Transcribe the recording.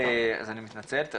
אז אני מתנצל.